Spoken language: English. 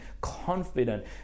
confident